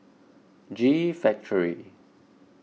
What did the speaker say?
G Factory